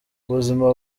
ubuzima